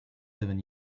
seven